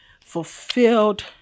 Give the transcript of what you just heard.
fulfilled